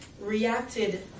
reacted